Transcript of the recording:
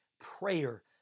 prayer